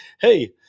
hey